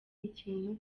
ikintu